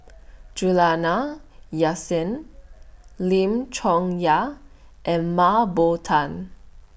Juliana Yasin Lim Chong Yah and Mah Bow Tan